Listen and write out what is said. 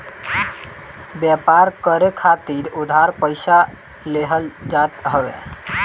व्यापार करे खातिर उधार पईसा लेहल जात हवे